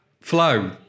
Flow